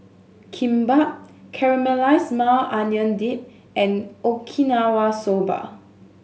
Kimbap Caramelized Maui Onion Dip and Okinawa Soba